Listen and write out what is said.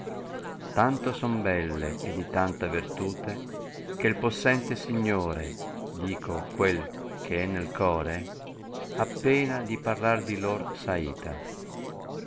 tanto son belle e di tanta vertute chem possente signore dico quel che è nel core appena di parlar di lor s aita